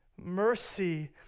Mercy